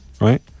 right